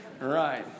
Right